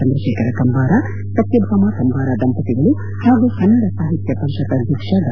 ಚಂದ್ರಶೇಖರ ಕಂಬಾರ ಸತ್ಯಭಾಮಾ ಕಂಬಾರ ದಂಪತಿಗಳು ಹಾಗೂ ಕನ್ನಡ ಸಾಹಿತ್ಯ ಪರಿಷತ್ ಅಧ್ಯಕ್ಷ ಡಾ